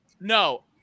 No